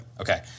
Okay